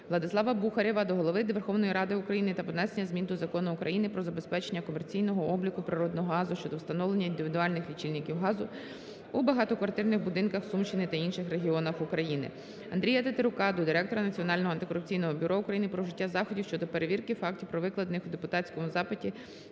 Владислава Бухарєва до Голови Верховної Ради України про внесення змін до Закону України "Про забезпечення комерційного обліку природного газу" щодо встановлення індивідуальних лічильників газу у багатоквартирних будинках Сумщини та інших регіонах України. Андрія Тетерука до директора Національного антикорупційного бюро України про вжиття заходів щодо перевірки фактів, викладених у депутатському запиті,